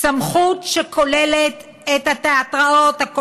סמכות שכוללת את התיאטראות, הקולנוע,